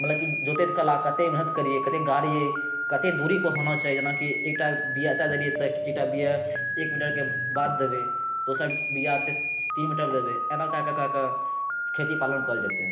मतलब की जोते काल कते मेहनत करियै कते गारियै कते दूरी पर होना चाही जेनाकि एकटा बिया दय देलियै तऽ एकटा बिया एक मीटर के बाद देबै दोसर बिया तीन मीटर पर देबै एना कै कै के खेती पालन करल जेतै